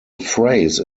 phrase